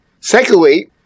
Secondly